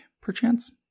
perchance